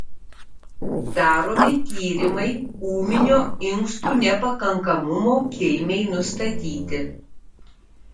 daromi tyrimai ūminio inkstų nepakankamumo kilmei nustatyti